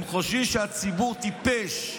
הם חושבים שהציבור טיפש.